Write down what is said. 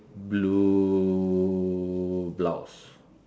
blue blouse